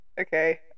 Okay